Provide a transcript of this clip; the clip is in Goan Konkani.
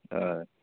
हय